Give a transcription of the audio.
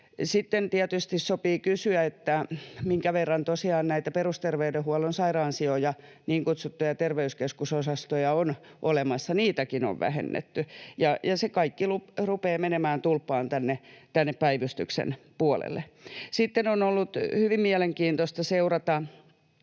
Sitten tietysti sopii kysyä, minkä verran tosiaan näitä perusterveydenhuollon sairaansijoja, niin kutsuttuja terveyskeskusosastoja, on olemassa. Niitäkin on vähennetty, ja se kaikki rupeaa menemään tulppaan tänne päivystyksen puolelle. Sitten on ollut hyvin mielenkiintoista seurata